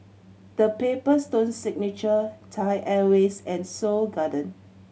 The Paper Stone Signature Thai Airways and Seoul Garden